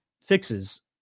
Fixes